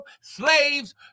slaves